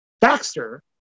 Baxter